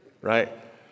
right